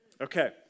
Okay